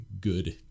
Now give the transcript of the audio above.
good